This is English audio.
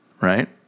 right